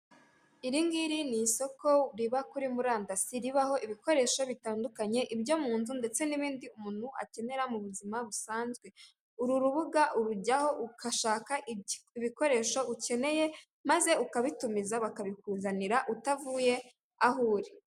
Iri ngiri ni isoko riba kuri murandasi ribaho ibikoresho bitandukanye ibyo mu nzu, ndetse n'ibindi umuntu akenera mu buzima busanzwe. Uru rubuga urujyaho ugashaka ibikoresho ukeneye maze ukabitumiza bakabikuzanira utavuye aho uri.